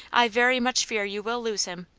i very much fear you will lose him.